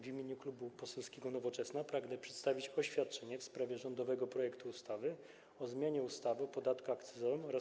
W imieniu Klubu Poselskiego Nowoczesna pragnę przedstawić oświadczenie w sprawie rządowego projektu ustawy o zmianie ustawy o podatku akcyzowym oraz